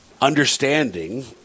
understanding